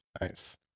Nice